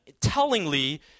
tellingly